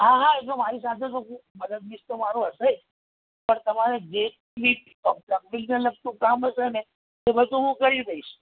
હા હા એ તો મારી સાથે તો મદદનીશ તો મારો હશે જ પણ તમારે જેટલી પ્લમ્બિંગને લગતું કામ હશે ને એ બધું હું કરી દઈશ